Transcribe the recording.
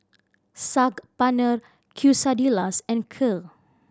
Saag Paneer Quesadillas and Kheer